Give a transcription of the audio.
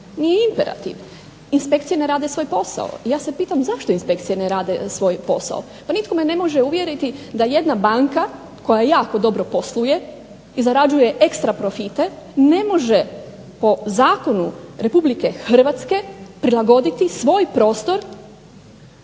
nije imperativ. Inspekcije ne rade svoj posao. Ja se pitam zašto inspekcije ne rade svoj posao? Pa nitko me ne može uvjeriti da jedan banka koja jako dobro posluje i zarađuje ekstra profite ne može po zakonu RH prilagoditi svoj prostor